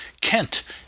Kent